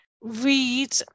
read